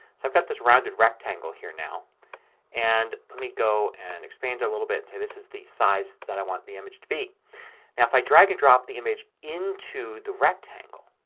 so i've got this rounded rectangle here now and let me go and expand it a little bit. say this is the size that i want the image to be. now if i drag and drop the image into the rectangle